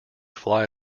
fly